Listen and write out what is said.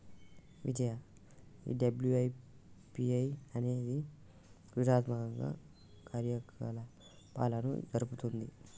విజయ ఈ డబ్ల్యు.ఐ.పి.ఓ అనేది సృజనాత్మక కార్యకలాపాలను జరుపుతుంది